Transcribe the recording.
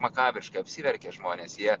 makabriškai apsiverkia žmonės jie